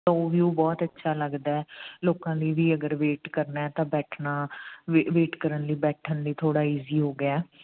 ਤਾਂ ਉਹ ਵਿਊ ਬਹੁਤ ਅੱਛਾ ਲੱਗਦਾ ਲੋਕਾਂ ਲਈ ਵੀ ਅਗਰ ਵੇਟ ਕਰਨਾ ਤਾਂ ਬੈਠਣਾ ਵੇਟ ਕਰਨ ਲਈ ਬੈਠਣ ਲਈ ਥੋੜ੍ਹਾ ਈਜ਼ੀ ਹੋ ਗਿਆ